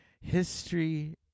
History